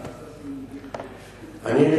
אני,